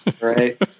right